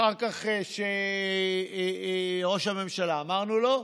אחר כך שראש הממשלה, אמרנו לא.